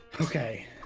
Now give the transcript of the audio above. Okay